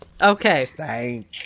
Okay